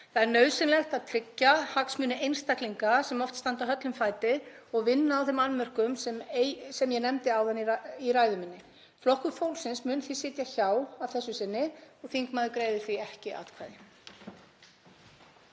Það er nauðsynlegt að tryggja hagsmuni einstaklinga sem oft standa höllum fæti og vinna á þeim annmörkum sem ég nefndi áðan í ræðu minni. Flokkur fólksins mun því sitja hjá að þessu sinni og þingmaður greiðir því ekki atkvæði.